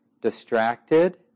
distracted